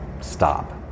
stop